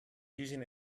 using